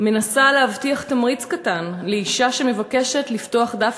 מנסה להבטיח תמריץ קטן לאישה שמבקשת לפתוח דף